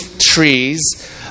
trees